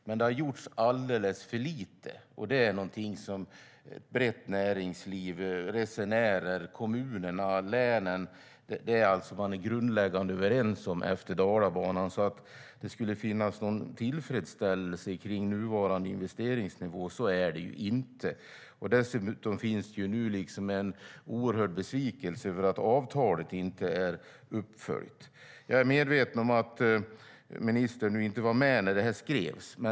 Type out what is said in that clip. Men det har gjorts alldeles för lite, och det är ett brett näringsliv, resenärerna, kommunerna och länen utefter Dalabanan överens om i grunden. Att det skulle finnas någon tillfredsställelse med nuvarande investeringsnivå stämmer inte. Det finns en oerhörd besvikelse över att man inte har fullgjort avtalet. Jag är medveten om att ministern inte var med när det skrevs.